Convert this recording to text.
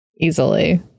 Easily